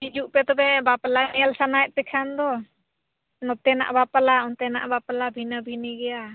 ᱦᱤᱡᱩᱜ ᱯᱮ ᱛᱚᱵᱮ ᱵᱟᱯᱞᱟ ᱧᱮᱞ ᱥᱟᱱᱟᱭᱮᱫ ᱯᱮᱠᱷᱟᱱ ᱫᱚ ᱱᱚᱛᱮᱱᱟᱜ ᱵᱟᱯᱞᱟ ᱚᱱᱛᱮᱱᱟᱜ ᱵᱟᱯᱞᱟ ᱵᱷᱤᱱᱟᱹ ᱵᱷᱤᱱᱤ ᱜᱮᱭᱟ